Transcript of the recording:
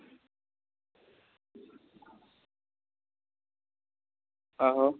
आहौ